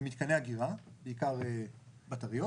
במתקני אגירה, בעיקר בטריות,